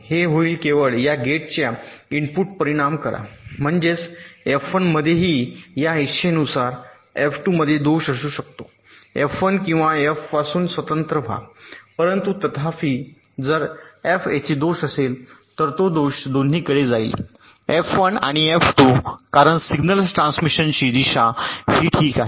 हे होईल केवळ या गेटच्या इनपुटवर परिणाम करा म्हणजेच एफ 1 मध्येही या इच्छेनुसार एफ 2 मध्ये दोष असू शकतो एफ 1 किंवा एफपासून स्वतंत्र व्हा परंतु तथापि जर एफ येथे एक दोष असेल तर तो दोष दोन्हीकडे जाईल एफ 1 आणि एफ 2 कारण सिग्नल ट्रान्समिशनची दिशा ही ठीक आहे